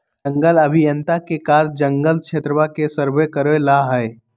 जंगल अभियंता के कार्य जंगल क्षेत्रवा के सर्वे करे ला हई